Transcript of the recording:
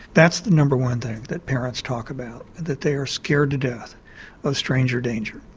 that's the number one thing that parents talk about, that they are scared to death of stranger danger.